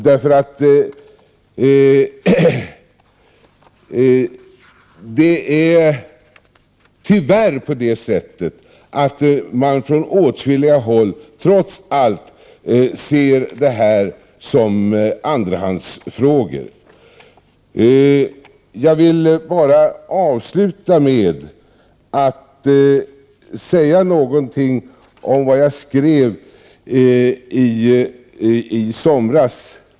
Det är tyvärr så, att man på åtskilliga håll, trots allt, ser dessa frågor som andrahandsfrågor. Jag vill avsluta med att relatera något av vad jag skrev i somras.